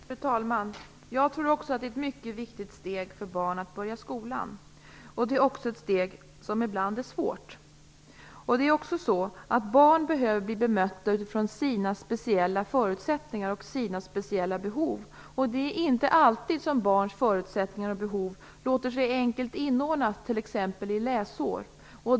Fru talman! Även jag tror att det är ett mycket viktigt steg för barn att börja skolan. Det är också ett steg som ibland är svårt. Barn behöver bli bemötta utifrån sina speciella förutsättningar och sina speciella behov. Det är inte alltid som barns förutsättningar och behov låter sig enkelt inordnas i t.ex. läsår.